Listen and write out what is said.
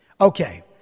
Okay